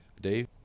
Dave